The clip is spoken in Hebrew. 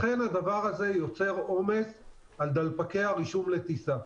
ולכן הדבר הזה יוצר עומס על דלפקי הרישום לטיסה,